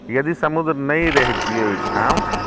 यदि समुद्र नहि रहितै ओहिठाम